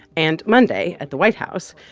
and monday, at the white house,